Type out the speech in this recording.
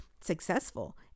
successful